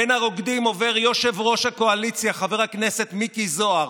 בין הרוקדים עובר יושב-ראש הקואליציה חבר הכנסת מיקי זוהר,